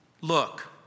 look